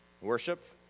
worship